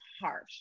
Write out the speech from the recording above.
harsh